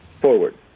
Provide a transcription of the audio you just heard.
forward